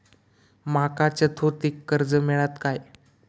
माका चतुर्थीक कर्ज मेळात काय?